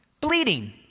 Bleeding